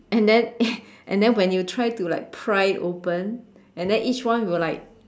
and then and then when you try to like pry it open and then each one will like